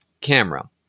camera